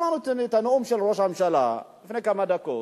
שמענו את הנאום של ראש הממשלה לפני כמה דקות,